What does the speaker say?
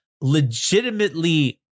legitimately